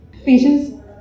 Patients